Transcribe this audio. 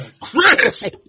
Chris